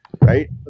Right